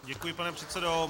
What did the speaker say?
Děkuji, pane předsedo.